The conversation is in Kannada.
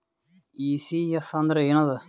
ಈ.ಸಿ.ಎಸ್ ಅಂದ್ರ ಏನದ?